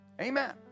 Amen